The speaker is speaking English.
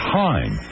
time